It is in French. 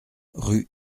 rue